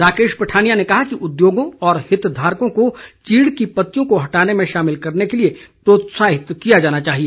राकेश पठानिया ने कहा कि उद्योगों और हितधारकों को चीड़ की पत्तियों को हटाने में शामिल करने के लिए प्रोत्साहित किया जाना चाहिए